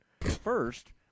first